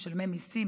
משלמים מיסים,